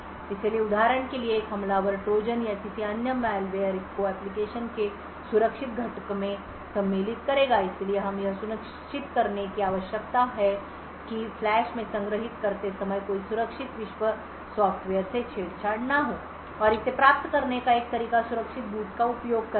इसलिए उदाहरण के लिए एक हमलावर ट्रोजन या किसी अन्य मैलवेयर को एप्लिकेशन के सुरक्षित घटक में सम्मिलित करेगा इसलिए हमें यह सुनिश्चित करने की आवश्यकता है कि फ्लैश में संग्रहीत करते समय कोई सुरक्षित विश्व सॉफ्टवेयर से छेड़छाड़ न हो और इसे प्राप्त करने का एक तरीका सुरक्षित बूट का उपयोग करके है